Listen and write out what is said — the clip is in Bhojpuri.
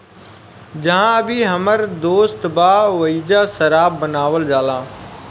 जाहा अभी हमर दोस्त बा ओइजा शराब बनावल जाला